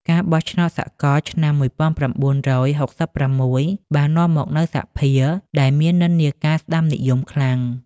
ការបោះឆ្នោតសកលឆ្នាំ ១៩៦៦ បាននាំមកនូវសភាដែលមាននិន្នាការស្តាំនិយមខ្លាំង។